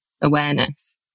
awareness